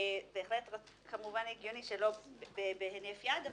בהחלט הגיוני שלא בהינף יד,